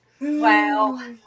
Wow